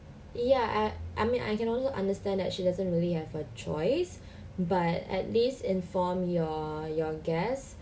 ya I I mean I can also understand that she doesn't really have a choice but at least inform your your guest